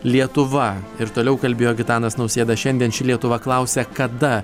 lietuva ir toliau kalbėjo gitanas nausėda šiandien ši lietuva klausia kada